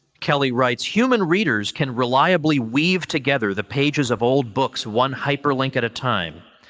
kelly writes, human readers can reliably weave together the pages of old books one hyperlink at a time.